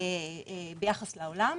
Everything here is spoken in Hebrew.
ביחס לעולם,